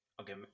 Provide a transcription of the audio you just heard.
Okay